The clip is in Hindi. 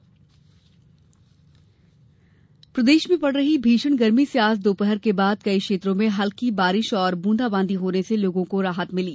मौसम प्रदेश में पड़ रही भीषण गर्मी से आज दोपहर के बाद कई क्षेत्रों में हल्की बारिश और बुंदाबांदी होने से लोगों को राहत मिली